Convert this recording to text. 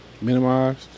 minimized